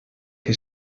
que